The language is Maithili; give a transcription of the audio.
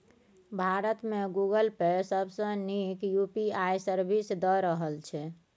भारत मे गुगल पे सबसँ नीक यु.पी.आइ सर्विस दए रहल छै